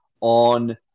on